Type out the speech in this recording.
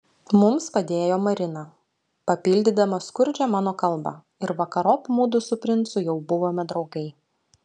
mums padėjo marina papildydama skurdžią mano kalbą ir vakarop mudu su princu jau buvome draugai